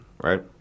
right